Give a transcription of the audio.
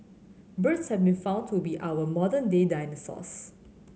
birds have been found to be our modern day dinosaurs